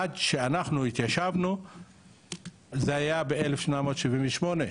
עד שאנחנו התיישבנו זה היה ב-1878.